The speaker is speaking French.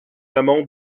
amont